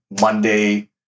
Monday